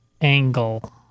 angle